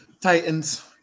Titans